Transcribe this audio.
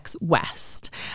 West